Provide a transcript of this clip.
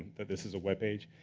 but this is a web page.